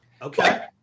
Okay